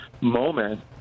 moment